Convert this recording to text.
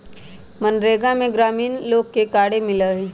मनरेगा में ग्रामीण लोग के कार्य मिला हई